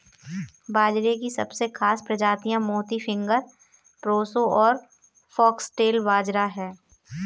बाजरे की सबसे खास प्रजातियाँ मोती, फिंगर, प्रोसो और फोक्सटेल बाजरा है